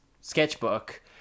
sketchbook